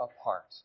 apart